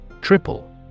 Triple